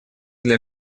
для